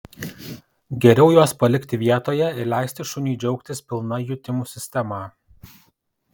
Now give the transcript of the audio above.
geriau juos palikti vietoje ir leisti šuniui džiaugtis pilna jutimų sistema